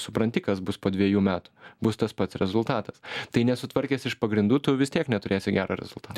supranti kas bus po dviejų metų bus tas pats rezultatas tai nesutvarkęs iš pagrindų tu vis tiek neturėsi gero rezultato